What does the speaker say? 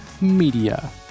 media